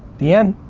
the end,